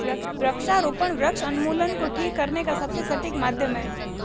वृक्षारोपण वृक्ष उन्मूलन को ठीक करने का सबसे सटीक माध्यम है